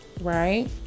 right